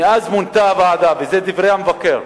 "מאז מונתה הוועדה" אלה דברי המבקר,